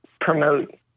promote